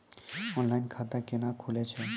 Online खाता केना खुलै छै?